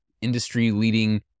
industry-leading